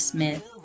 Smith